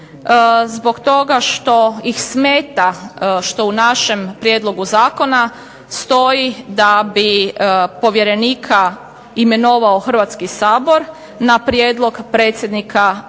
zbog toga što ih smeta što u našem prijedlogu zakona stoji da bi povjerenika imenovao Hrvatski sabor na prijedlog Predsjednika Republike